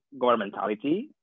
governmentality